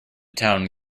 town